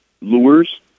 lures